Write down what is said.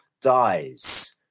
dies